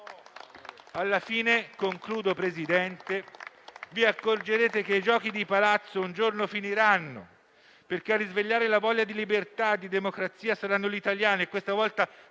Alla fine - concludo, signor Presidente - vi accorgerete che i giochi di palazzo un giorno finiranno, perché a risvegliare la voglia di libertà e di democrazia saranno gli italiani, i quali